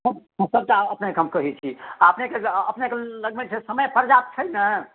हँ सभटा अपनेके हम कहैत छी आ अपनेके अपनेके लगमे अपनेके लगमे समय पर्याप्त छै ने